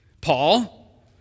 Paul